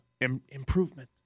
improvement